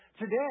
Today